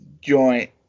joint